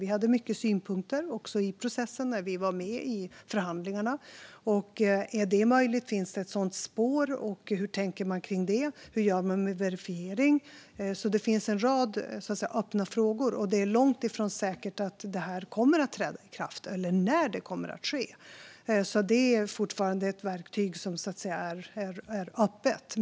Vi hade många synpunkter i processen när vi var med i förhandlingarna. Är det möjligt? Finns det ett sådant spår, och hur tänker man kring det? Hur gör man med verifiering? Det finns alltså en rad öppna frågor, och det är långt ifrån säkert att detta kommer att träda i kraft och när det i så fall kommer att ske. Det är alltså ett verktyg som fortfarande är öppet.